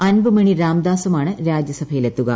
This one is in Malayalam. അൻബുമണി രാംദോസുമാണ് രാജ്യസഭയിലെത്തുക